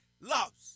loves